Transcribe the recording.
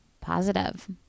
positive